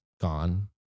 gone